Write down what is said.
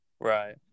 Right